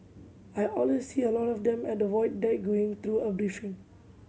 I always see a lot of them at the Void Deck going through a briefing